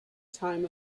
time